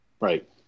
right